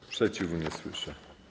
Sprzeciwu nie słyszę.